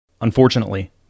Unfortunately